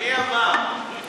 מי אמר שאנחנו